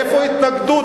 איפה ההתנגדות?